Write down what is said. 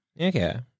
Okay